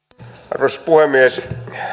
arvoisa puhemies